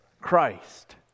Christ